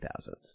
2000s